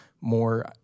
more